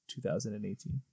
2018